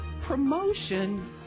promotion